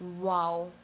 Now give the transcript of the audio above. Wow